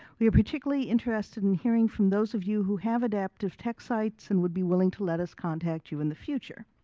we are particularly interested in hearing from those of you who have adaptive tech sites and would be willing to let us contact you in the future.